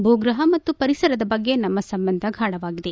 ಭೂಗ್ರಹ ಮತ್ತು ಪರಿಸರದ ಬಗ್ಗೆ ನಮ್ಮ ಸಂಬಂಧ ಗಾಢವಾಗಿದೆ